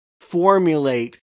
formulate